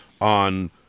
on